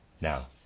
Now